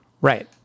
Right